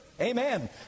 amen